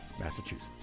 Massachusetts